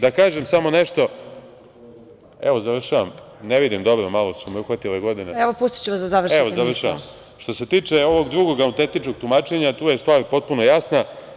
Da kažem samo nešto, završavam, ne vidim dobro, malo su me uhvatile godine, završavam, što se tiče drugog autentičnog tumačenja, tu je stvar potpuno jasna.